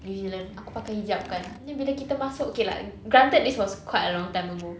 new zealand aku pakai hijab kan then bila kita masuk okay lah granted this was quite a long time ago